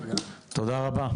תודה,